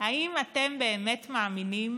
אם אתם באמת מאמינים